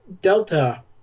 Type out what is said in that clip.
Delta